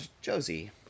Josie